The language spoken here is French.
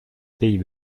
pays